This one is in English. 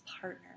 partner